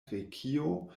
grekio